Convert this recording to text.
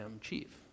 chief